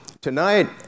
tonight